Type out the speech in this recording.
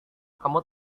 kamu